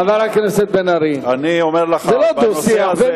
חבר הכנסת בן-ארי, זה לא דו-שיח.